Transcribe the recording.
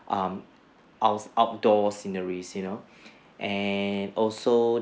um our outdoor scenery you know and also